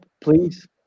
Please